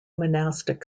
monastic